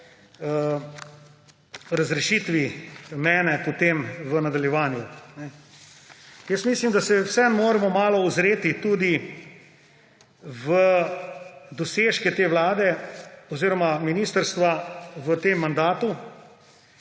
razrešitvi mene potem v nadaljevanju. Jaz mislim, da se vseeno moramo malo ozreti tudi v dosežke te vlade oziroma ministrstva v tem mandatu